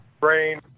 brain